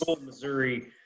Missouri